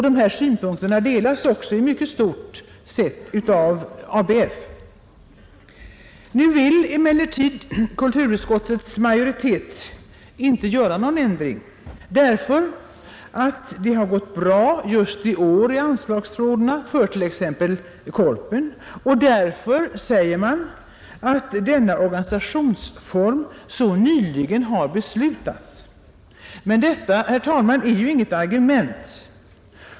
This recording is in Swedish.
Dessa synpunkter delades i stort också av ABF. Å Nu vill emellertid kulturutskottets majoritet inte göra någon ändring, därför att det har gått bra just i år med anslagsfrågorna för t.ex. Korpen och, säger man, därför att denna organisationsform så nyligen har beslutats. Men detta, herr talman, är inga argument.